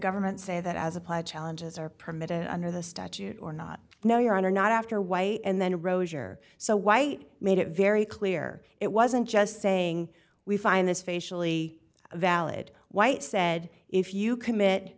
government say that as applied challenges are permitted under the statute or not no you are not after white and then rose or so white made it very clear it wasn't just saying we find this facially valid white said if you commit